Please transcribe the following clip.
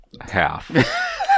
half